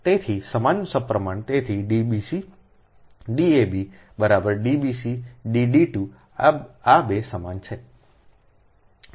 તેથી સમાન સપ્રમાણ તેથી D bc D ab બરાબર D bc D D 2 આ બે સમાન છે